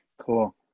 cool